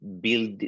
build